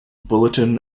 bulletin